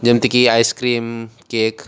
ଯେମିତିକି ice cream cake